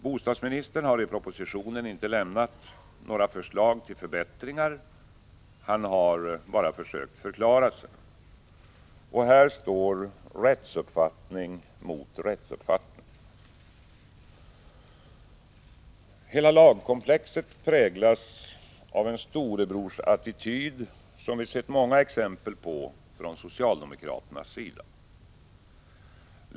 Bostadsministern har i propositionen inte lämnat några förslag till förbättringar — han har bara försökt förklara sig. Här står rättsuppfattning mot rättsuppfattning. Hela lagkomplexet präglas av en storebrorsattityd som vi sett många exempel på från socialdemokraternas sida.